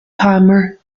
palmer